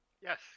Yes